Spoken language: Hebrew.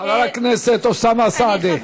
חבר הכנסת אוסאמה סעדי.